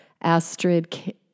Astrid